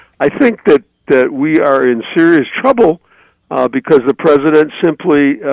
i think that that we are in serious trouble because the president simply